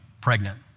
pregnant